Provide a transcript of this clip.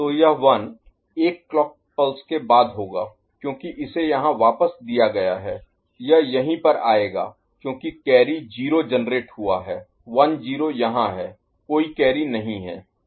तो यह 1 एक क्लॉक पल्स के बाद होगा क्योंकि इसे यहाँ वापस दिया गया है यह यहीं पर आएगा क्योंकि कैरी 0 जेनरेट हुआ है 10 यहाँ है कोई कैरी नहीं है